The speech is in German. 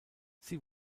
sie